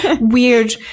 weird